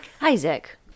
Isaac